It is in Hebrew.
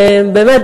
באמת,